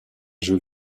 jeu